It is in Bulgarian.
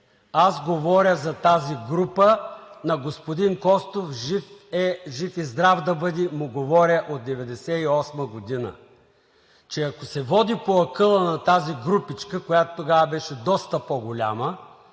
Аз говоря за тази група на господин Костов, жив и здрав да бъде, му говоря от 1998 г., че ако се води по акъла на тази групичка, която тогава беше доста по-голяма